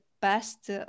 best